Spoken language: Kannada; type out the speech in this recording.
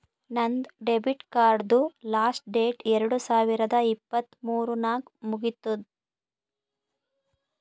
ನಂದ್ ಡೆಬಿಟ್ ಕಾರ್ಡ್ದು ಲಾಸ್ಟ್ ಡೇಟ್ ಎರಡು ಸಾವಿರದ ಇಪ್ಪತ್ ಮೂರ್ ನಾಗ್ ಮುಗಿತ್ತುದ್